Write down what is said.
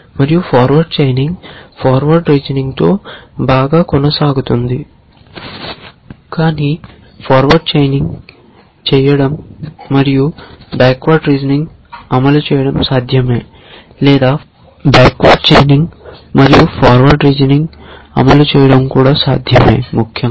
కానీ forward chaining చేయడం మరియు బ్యాక్వర్డ్ రీజనింగ్ను అమలు చేయడం సాధ్యమే లేదా బ్యాక్వర్డ్ చైనింగ్ను మరియు ఫార్వర్డ్ రీజనింగ్ను అమలు చేయడం కూడా సాధ్యమే ముఖ్యంగా